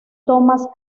tomas